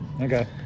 Okay